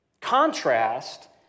Contrast